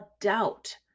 doubt